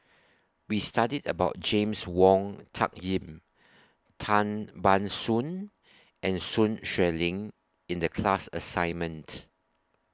We studied about James Wong Tuck Yim Tan Ban Soon and Sun Xueling in The class assignment